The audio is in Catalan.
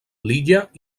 lilla